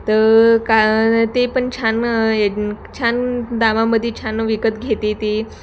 तं का ते पण छान छान दामामध्ये छान विकत घेते ती